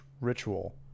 ritual